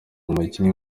umukinnyi